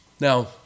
Now